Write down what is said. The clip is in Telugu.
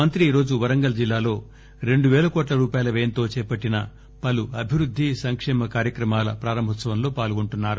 మంత్రి ఈరోజు వరంగల్ జిల్లాలో రెండువేల కోట్ల రూపాయల వ్యయంతో చేపట్టిన పలు అభివృద్ది సంకేమ కార్యక్రమాల ప్రారంభోత్సవంలో పాల్గొంటున్నారు